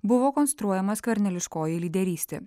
buvo konstruojama skverneliškoji lyderystė